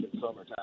summertime